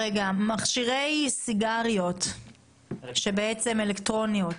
מכשירי סיגריות אלקטרוניות,